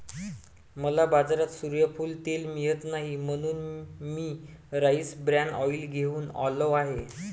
मला बाजारात सूर्यफूल तेल मिळत नाही म्हणून मी राईस ब्रॅन ऑइल घेऊन आलो आहे